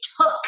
took